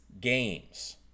games